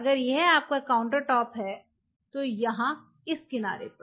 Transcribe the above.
अगर यह आपका काउंटरटॉप है तो यहां इस किनारे पर